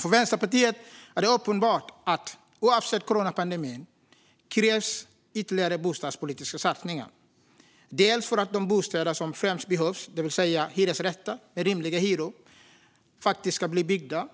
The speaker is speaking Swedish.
För Vänsterpartiet är det dock uppenbart att det oavsett coronapandemin krävs ytterligare bostadspolitiska satsningar - dels för att de bostäder som främst behövs, det vill säga hyresrätter med rimliga hyror, faktiskt ska bli byggda,